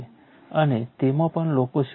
અને તેમાં પણ લોકો શું કરે છે